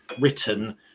written